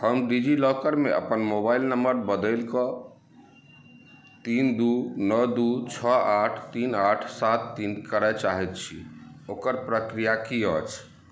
हम डिजिलॉकरमे अपन मोबाइल नंबर बदलि कऽ तीन दू नओ दू छओ आठ तीन आठ सात तीन करऽ चाहैत छी ओकर प्रक्रिया की अछि